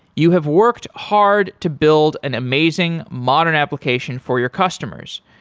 you have worked hard to build an amazing modern application for your customers.